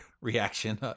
reaction